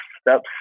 steps